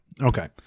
Okay